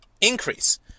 increase